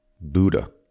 Buddha